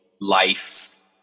life